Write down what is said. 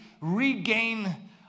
regain